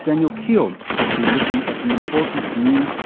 daniel keogh has been looking at an important new,